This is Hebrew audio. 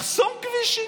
לחסום כבישים.